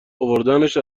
اوردنش